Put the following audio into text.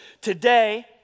today